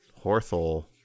Horthol